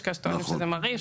יש כאלה שטוענים שזה מרעיש.